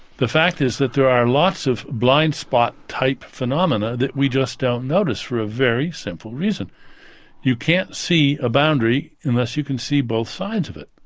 the fact is that there are lots of blind spot-type phenomena that we just don't notice for a very simple reason you can't see a boundary unless you can see both sides of it.